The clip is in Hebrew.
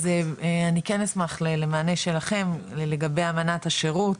אז אני כן אשמח למענה שלכם לגבי אמנת השירות,